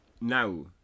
now